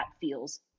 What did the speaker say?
feels